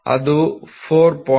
ಇದು ಮೈನಸ್ 0